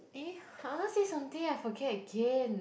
eh I want say something I forget again